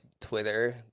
Twitter